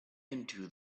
into